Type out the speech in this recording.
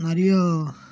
நிறைய